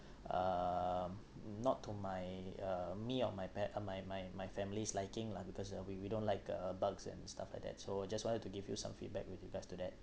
um not to my uh me or my pe~ uh my my my family's liking lah because uh we we don't like uh bugs and stuff like that so just wanted to give you some feedback with regards to that